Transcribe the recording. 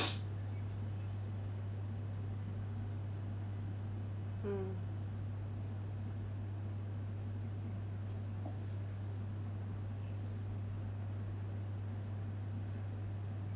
mm